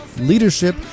leadership